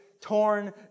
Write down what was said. torn